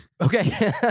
Okay